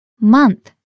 Month